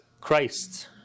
Christ